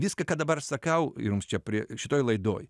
viską ką dabar aš sakau ir jums čia prie šitoj laidoj